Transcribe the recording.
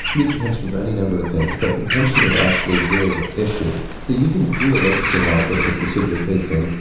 can be contention for any number of things but contention is actually really the issue. so you can do a latency analysis with distributed tracing.